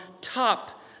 top